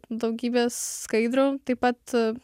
daugybės skaidrių taip pat